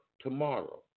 tomorrow